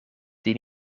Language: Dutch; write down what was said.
die